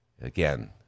Again